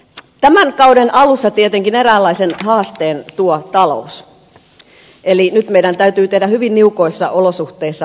tämän kauden alussa tietenkin eräänlaisen haasteen tuo talous eli nyt meidän täytyy tehdä hyvin niukoissa olosuhteissa arvovalintoja